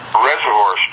Reservoir